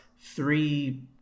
three